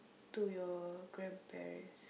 to your grandparents